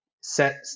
set